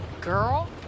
girl